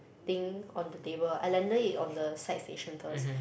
thing on the table I landed it on the side station girls